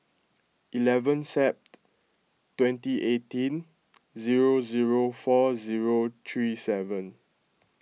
eleven Sep twenty eighteen zero zero four zero three seven